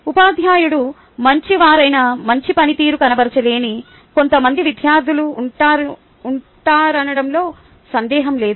ఉపాధ్యాయుడు మంచివారైనా మంచి పనితీరు కనబరచలేని కొంతమంది విద్యార్థులు ఉంటారనడంలో సందేహం లేదు